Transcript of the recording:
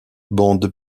bande